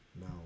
No